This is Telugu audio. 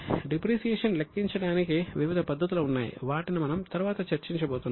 డిప్రిసియేషన్ లెక్కించడానికి వివిధ పద్ధతులు ఉన్నాయి వాటిని మనం తరువాత చర్చించబోతున్నాం